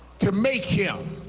to make him